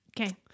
Okay